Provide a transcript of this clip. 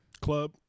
Club